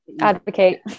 Advocate